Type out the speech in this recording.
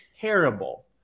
terrible